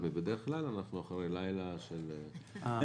מבדרך כלל כי אנחנו אחרי לילה של פיליבסטר.